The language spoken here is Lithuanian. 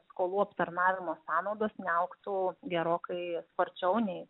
skolų aptarnavimo sanaudos neaugtų gerokai sparčiau nei